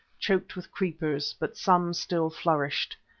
choked with creepers, but some still flourished.